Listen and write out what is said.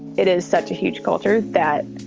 it is such a huge culture that,